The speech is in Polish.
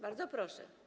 Bardzo proszę.